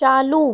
चालू